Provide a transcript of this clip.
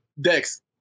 Dex